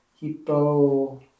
hippo